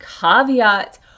caveat